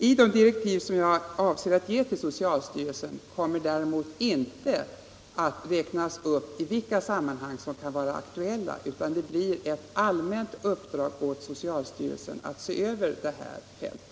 I de direktiv som jag avser att ge till socialstyrelsen kommer däremot inte att räknas upp vilka sammanhang som kan vara aktuella, utan det blir ett allmänt uppdrag åt socialstyrelsen att se över det här fältet.